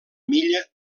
milla